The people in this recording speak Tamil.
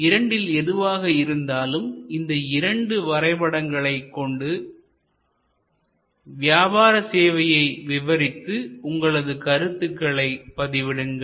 இரண்டில் எதுவாக இருந்தாலும் இந்த இரண்டு வரைபடங்களை கொண்டு வியாபார சேவையை விவரித்து உங்களது கருத்துக்களை பதிவிடுங்கள்